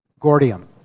Gordium